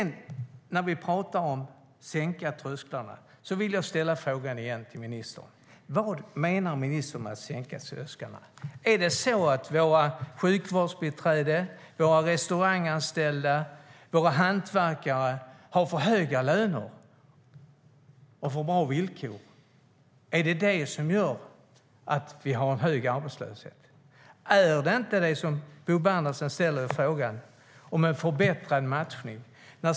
När vi pratar om att sänka trösklarna vill jag igen fråga ministern: Vad menar ministern med att sänka trösklarna? Har våra sjukvårdsbiträden, våra restauranganställda och våra hantverkare för höga löner och för bra villkor? Är det anledningen till att vi har hög arbetslöshet? Bo Bernhardsson frågar om förbättrad matchning.